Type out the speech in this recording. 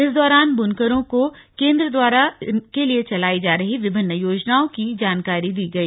इस दौरान बुनकारों को केंद्र द्वारा उनके लिए चलाई जा रही विभिन्न योजनाओं की जानकारी दी गई